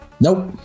nope